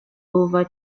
over